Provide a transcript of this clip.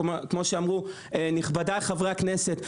כמו שאמרו נכבדיי חברי הכנסת,